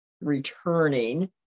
returning